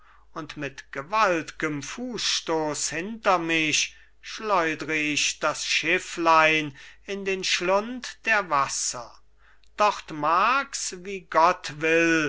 und mit gewalt'gem fußstoß hinter mich schleudr ich das schifflein in den schlund der wasser dort mag's wie gott will